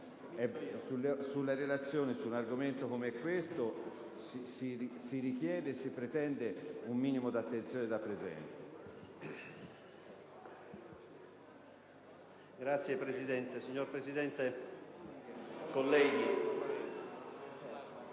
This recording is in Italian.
sulle relazioni e su un argomento come questo si richiede e si pretende un minimo di attenzione da parte dei presenti.